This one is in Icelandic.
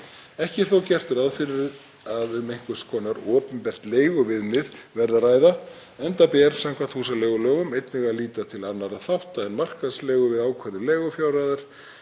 Ekki er þó gert ráð fyrir að um einhvers konar opinbert leiguviðmið verði að ræða, enda ber, samkvæmt húsaleigulögum, einnig að líta til annarra þátta en markaðsleigu við ákvörðun leigufjárhæðar,